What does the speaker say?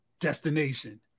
destination